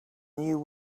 new